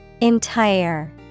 Entire